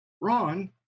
Ron